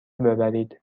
ببرید